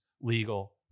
legal